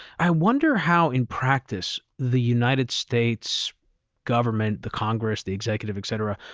i wonder how, in practice, the united states government, the congress, the executive, etc,